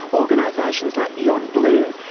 organisations like beyondblue,